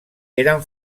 eren